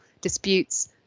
disputes